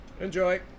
Enjoy